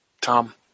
Tom